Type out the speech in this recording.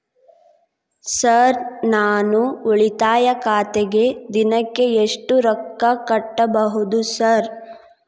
Sir ನಾನು ಉಳಿತಾಯ ಖಾತೆಗೆ ದಿನಕ್ಕ ಎಷ್ಟು ರೊಕ್ಕಾ ಕಟ್ಟುಬಹುದು ಸರ್?